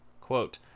quote